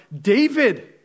David